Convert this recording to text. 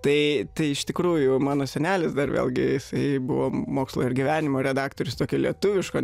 tai tai iš tikrųjų mano senelis dar vėlgi jisai buvo mokslo ir gyvenimo redaktorius tokio lietuviško